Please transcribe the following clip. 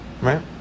Right